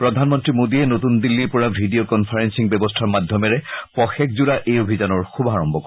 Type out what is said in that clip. প্ৰধানমন্ত্ৰী মোডীয়ে নতুন দিল্লীৰ পৰা ভিডিঅ' কনফাৰেলিং ব্যৱস্থাৰ মাধ্যমেৰে পষেকজোৰা এই অভিযানৰ শুভাৰম্ভ কৰে